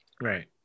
Right